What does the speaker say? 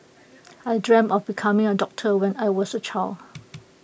I dreamt of becoming A doctor when I was A child